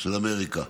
של אמריקה,